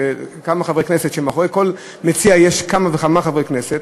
של כמה חברי כנסת,